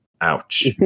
ouch